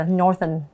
northern